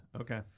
okay